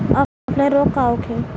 Offline रोग का होखे?